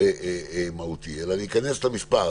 מהותי אלא להיכנס למספרים,